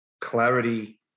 clarity